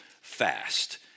fast